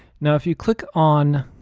now, if you click on